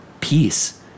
Peace